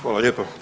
Hvala lijepo.